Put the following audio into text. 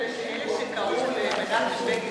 אלה שקראו למנחם בגין,